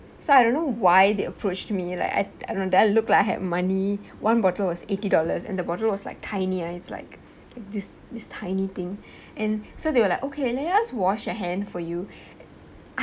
so I don't know why they approached me like I I don't do I looked like I had money one bottle was eighty dollars and the bottle was like tiny and it's like this this tiny thing and so they were like okay and then they ask wash your hand for you